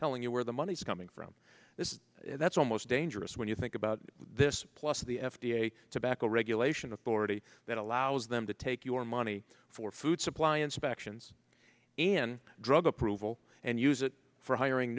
telling you where the money's coming from this is that's almost dangerous when you think about this plus the f d a tobacco regulation authority that allows them to take your money for food supply inspections and drug approval and use it for hiring